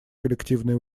коллективные